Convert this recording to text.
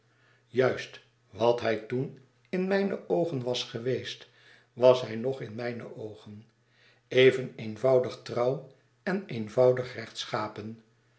juist wat hij toen in mijne oogen was geweest was hij nog in mijne oogen even eenvoudig trouw en eenvoudig